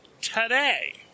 today